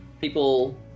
people